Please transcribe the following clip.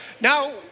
Now